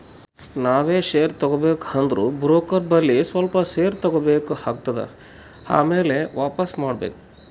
ನಾವ್ ಶೇರ್ ತಗೋಬೇಕ ಅಂದುರ್ ಬ್ರೋಕರ್ ಬಲ್ಲಿ ಸ್ವಲ್ಪ ಶೇರ್ ತಗೋಬೇಕ್ ಆತ್ತುದ್ ಆಮ್ಯಾಲ ವಾಪಿಸ್ ಮಾಡ್ಬೇಕ್